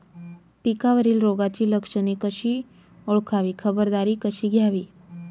पिकावरील रोगाची लक्षणे कशी ओळखावी, खबरदारी कशी घ्यावी?